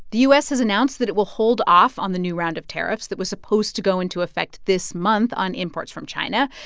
the u s. has announced that it will hold off on the new round of tariffs that was supposed to go into effect this month on imports from china.